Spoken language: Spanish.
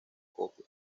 copia